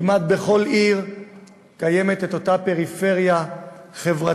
כמעט בכל עיר קיימת אותה פריפריה חברתית,